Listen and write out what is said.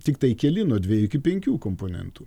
tiktai keli nuo dviejų iki penkių komponentų